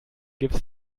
gips